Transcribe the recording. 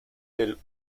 del